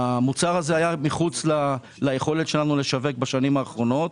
המוצר הזה היה מחוץ ליכולת שלנו לשווק אותו בשנים האחרונות.